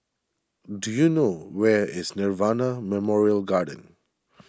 do you know where is Nirvana Memorial Garden